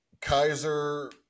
Kaiser